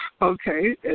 Okay